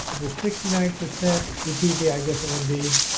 the sixty nine percent ltv, i guess it would be.